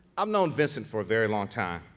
um known vincent for a very long time.